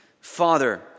father